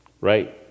Right